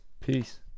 Peace